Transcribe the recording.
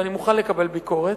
ואני מוכן לקבל ביקורת: